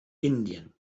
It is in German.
indien